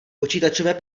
počítačové